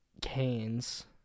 canes